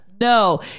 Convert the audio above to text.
no